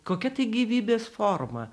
kokia tai gyvybės forma